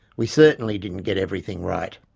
we certainly didn't get everything right.